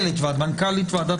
מנכ"לית ועדת